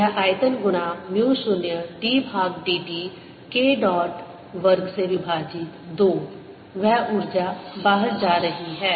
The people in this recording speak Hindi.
तो यह आयतन गुना म्यू 0 d भाग dt K डॉट वर्ग से विभाजित 2 वह ऊर्जा बाहर जा रही है